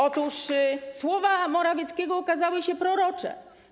Otóż słowa Morawieckiego okazały się prorocze.